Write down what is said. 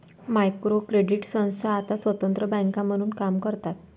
micro credit संस्था आता स्वतंत्र बँका म्हणून काम करतात